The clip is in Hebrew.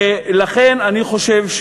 ולכן אני חושב,